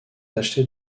tacheté